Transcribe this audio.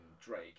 Drake